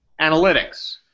Analytics